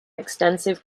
extensive